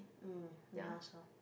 mm